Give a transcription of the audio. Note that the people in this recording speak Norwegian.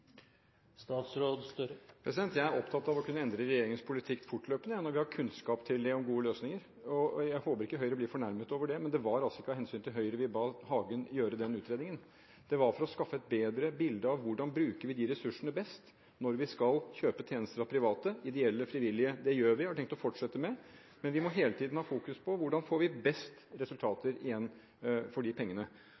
Jeg er opptatt av å kunne endre regjeringens politikk fortløpende når vi har kunnskap til det og gode løsninger. Jeg håper ikke Høyre blir fornærmet over det, men det var altså ikke av hensyn til Høyre vi ba Hagen gjøre den utredningen. Det var for å skaffe et bedre bilde av hvordan vi best bruker ressursene når vi skal kjøpe tjenester av private, ideelle, frivillige. Det gjør vi, og vi har tenkt å fortsette med det, men vi må hele tiden ha fokus på hvordan vi får best